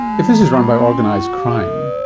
if this is run by organised crime,